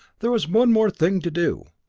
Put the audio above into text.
there was one more thing to do.